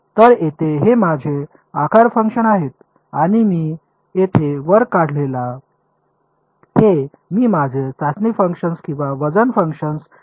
तर येथे हे माझे आकार फंक्शन्स आहेत आणि मी येथे वर काढलेले हे मी माझे चाचणी फंक्शन्स किंवा वजन फंक्शन्स बनवणार आहेत